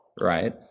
right